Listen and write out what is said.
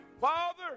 Father